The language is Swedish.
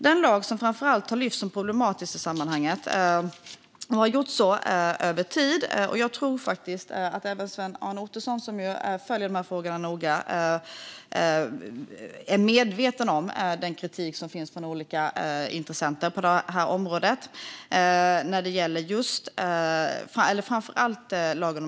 Den lag som framför allt har lyfts upp som problematisk i sammanhanget, också över tid, är lagen om offentlig upphandling. Jag tror faktiskt att även Kjell-Arne Ottosson, som följer dessa frågor noga, är medveten om den kritik som finns från olika intressenter på detta område.